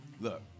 Look